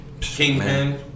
Kingpin